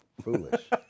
Foolish